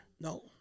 No